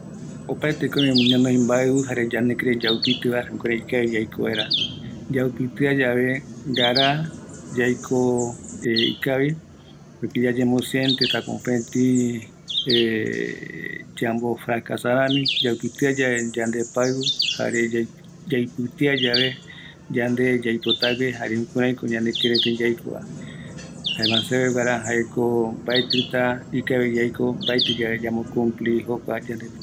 ﻿Opaeteko oïmevi ñanoɨ mbaɨu, jare ñanekirei yaupitiva jukurai ikavi yaiko vaera, yaupitiayave ngara yaiko ikavi, porque ñañemo sientetako mopeti yambo frakasa rami, yaupitiayave yande paiu jare yaupitiayave